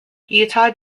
utah